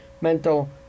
mental